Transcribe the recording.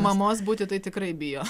mamos būti tai tikrai bijo